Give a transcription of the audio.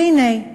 והנה,